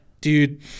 dude